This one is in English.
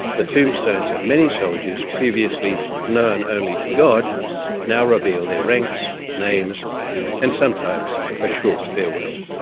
the tombstones of many soldiers previously known only to god now reveal their ranks, names and sometimes a short farewell.